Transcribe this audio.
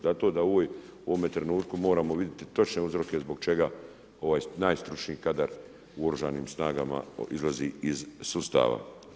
Zato u ovome trenutku moramo vidjeti točne uzroke zbog čega ovaj najstručniji kadar u oružanim snagama izlazi iz sustava.